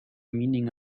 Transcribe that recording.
meaning